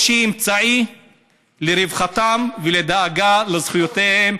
או שהיא אמצעי לרווחתם ולדאגה לזכויותיהם?